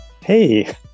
Hey